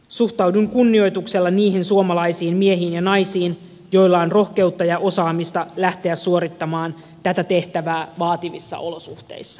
suhtaudun kunnioituksella niihin suomalaisiin miehiin ja naisiin joilla on rohkeutta ja osaamista lähteä suorittamaan tätä tehtävää vaativissa olosuhteissa